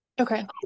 okay